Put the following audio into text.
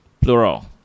plural